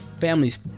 families